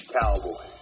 Cowboy